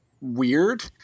weird